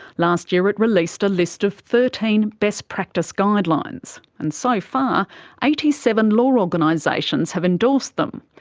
last year it released a list of thirteen best-practice guidelines, and so far eighty seven law organisations have endorsed them.